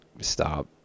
stop